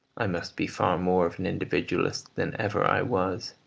i must be far more of an individualist than ever i was.